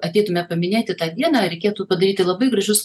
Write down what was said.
ateitume paminėti tą dieną reikėtų padaryti labai gražius